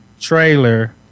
trailer